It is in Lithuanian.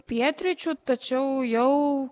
pietryčių tačiau jau